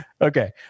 Okay